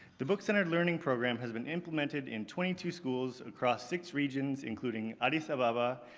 the book centered learning program has been implemented in twenty two schools across six regions including addis ababa,